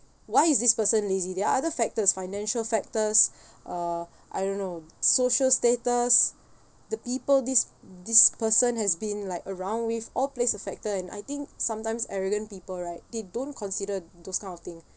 why is this person lazy there're other factors financial factors uh I don't know social status the people this this person has been like around with all plays a factor and I think sometimes arrogant people right they don't consider those kind of thing